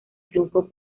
triunfo